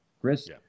Chris